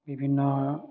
বিভিন্ন